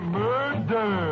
murder